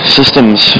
systems